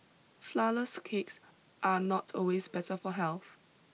Flourless Cakes are not always better for health